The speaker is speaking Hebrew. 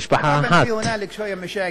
מפלגה אחת.